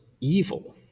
evil